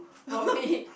probably